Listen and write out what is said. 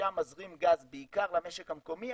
ומשם מזרים גז בעיקר למשק המקומי,